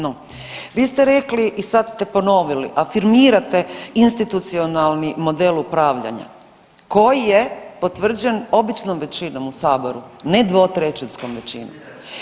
No vi ste rekli i sad ste ponovili afirmirate institucionalni model upravljanja koji je potvrđen običnom većinom u saboru ne dvotećinskom većinom.